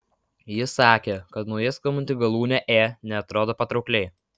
ji sakė kad naujai skambanti galūnė ė neatrodo patraukliai